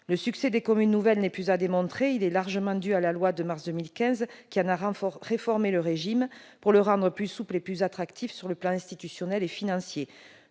Le succès des communes nouvelles n'est plus à démontrer. Il est largement dû à la loi du 16 mars 2015 qui en a réformé le régime pour le rendre plus souple et plus attractif sur le plan institutionnel et financier,